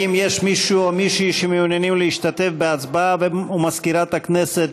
האם יש מישהו או מישהי שמעוניינים להשתתף בהצבעה ומזכירת הכנסת